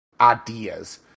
ideas